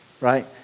right